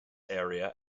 area